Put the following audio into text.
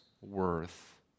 worth